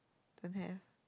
don't have